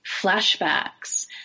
flashbacks